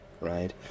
right